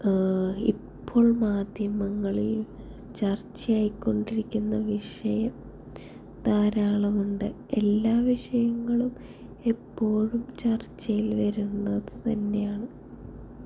ഇപ്പോൾ മാധ്യമങ്ങളിൽ ചർച്ചയായി കൊണ്ടിരിക്കുന്ന വിഷയം ധാരാളമുണ്ട് എല്ലാ വിഷയങ്ങളും എപ്പോഴും ചർച്ചയിൽ വരുന്നത് തന്നെയാണ്